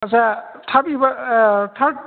आच्चा थार्द